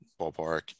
ballpark